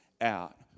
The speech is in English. out